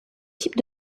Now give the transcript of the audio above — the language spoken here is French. type